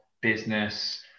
business